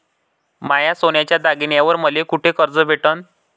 माया सोन्याच्या दागिन्यांइवर मले कुठे कर्ज भेटन?